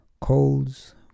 colds